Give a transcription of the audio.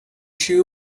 shoe